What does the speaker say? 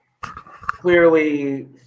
clearly